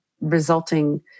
resulting